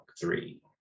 three